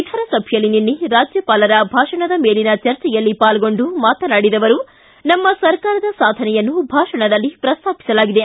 ವಿಧಾನಸಭೆಯಲ್ಲಿ ನಿನ್ನೆ ರಾಜ್ಯಪಾಲರ ಭಾಷಣದ ಮೇಲಿನ ಚರ್ಚೆಯಲ್ಲಿ ಪಾಲ್ಗೊಂಡು ಮಾತನಾಡಿದ ಅವರು ನಮ್ಮ ಸರ್ಕಾರದ ಸಾಧನೆಯನ್ನು ಭಾಷಣದಲ್ಲಿ ಪ್ರಸ್ತಾಪಿಸಲಾಗಿದೆ